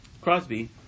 Crosby